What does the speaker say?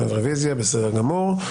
רוויזיה, בסדר גמור.